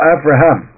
Abraham